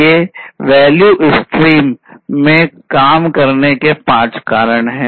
ये value stream में काम करने के पाँच चरण है